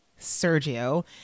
Sergio